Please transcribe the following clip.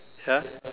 ya